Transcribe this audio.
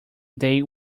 they